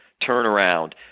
turnaround